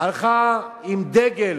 הלכה עם דגל